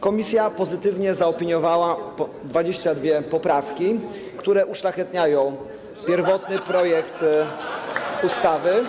Komisja pozytywnie zaopiniowała 22 poprawki, które uszlachetniają pierwotny projekt ustawy.